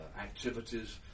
activities